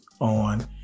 on